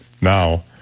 Now